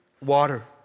water